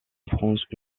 france